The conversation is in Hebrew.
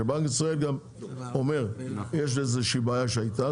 שבנק ישראל גם אומר שיש איזה שהיא בעיה שהייתה,